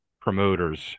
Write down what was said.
promoters